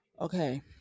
Okay